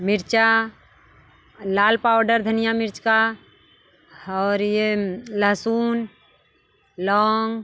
मिर्चा लाल पाउडर धनिया मिर्च का और ये लहसुन लौंग